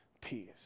peace